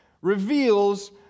reveals